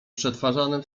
przetwarzane